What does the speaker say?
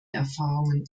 erfahrungen